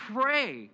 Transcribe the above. pray